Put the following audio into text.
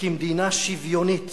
כמדינה שוויונית